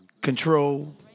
Control